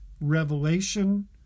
Revelation